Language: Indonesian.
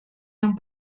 yang